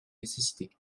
nécessité